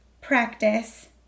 practice